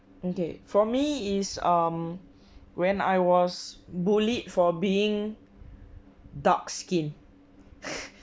okay for me is um when I was bullied for being dark skin